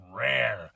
rare